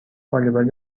والیبال